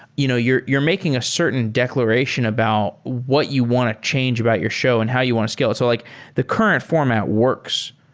you know you're you're making a certain declaration about what you want to change about your show and how you want to scale. so like the current format works,